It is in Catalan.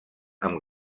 amb